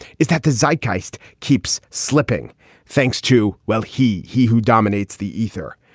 is that the zakk heist keeps slipping thanks to. well, he he who dominates the ether.